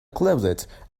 closet